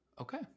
Okay